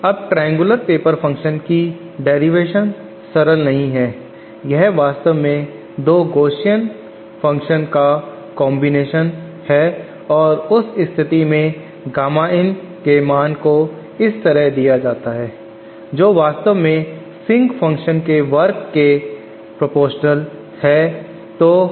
अब triangular paper function की derivation व्युत्पत्ति सरल नहीं है यह वास्तव में दो Gaussian Function का कॉन्बिनेशन संयोजन है उस स्थिति में गामा in के मान को इस तरह दिया जाता है जो वास्तव में सिंक फंक्शन के वर्ग के प्रोपोर्शनल अनुपातिक proportional है